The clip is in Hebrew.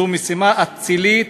זו משימה אצילית.